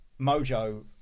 Mojo